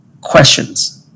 questions